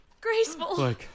graceful